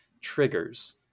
triggers